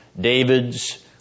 David's